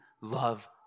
love